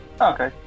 Okay